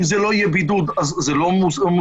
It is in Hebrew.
אם זה לא יהיה בידוד, זה לא מוסכם.